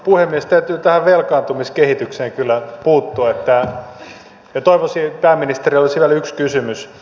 täytyy tähän velkaantumiskehitykseen kyllä puuttua ja pääministeri olisi vielä yksi kysymys